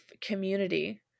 community